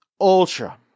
Ultra